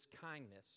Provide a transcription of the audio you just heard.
kindness